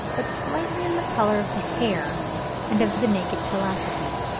but slightly in the colour of the hair and of the naked callosities.